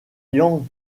ian